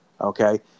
Okay